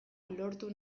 lortu